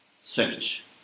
search